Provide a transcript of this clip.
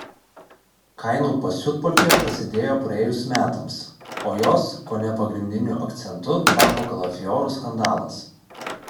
kainų pasiutpolkė prasidėjo praėjus metams o jos kone pagrindiniu akcentu tapo kalafiorų skandalas